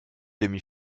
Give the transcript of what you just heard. demi